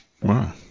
Wow